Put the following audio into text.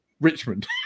Richmond